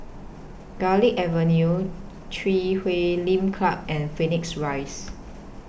Garlick Avenue Chui Huay Lim Club and Phoenix Rise